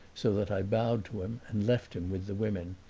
so that i bowed to him and left him with the women,